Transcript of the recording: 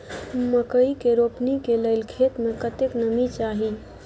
मकई के रोपनी के लेल खेत मे कतेक नमी चाही?